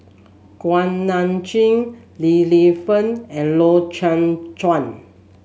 Kuak Nam Jin Li Lienfung and Loy Chye Chuan